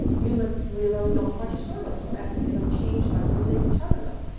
you must reload your apache server for every single change by using terminal.